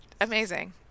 amazing